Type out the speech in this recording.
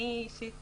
אני אישית,